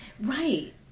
Right